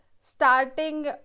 starting